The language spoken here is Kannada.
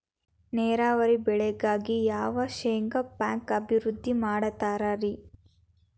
ನೇರಾವರಿ ಬೆಳೆಗಾಗಿ ಯಾವ ಶೇಂಗಾ ಪೇಕ್ ಅಭಿವೃದ್ಧಿ ಮಾಡತಾರ ರಿ?